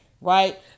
right